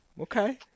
Okay